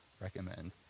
recommend